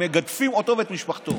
ומגדפים אותו ואת משפחתו.